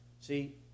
See